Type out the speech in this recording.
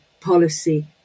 policy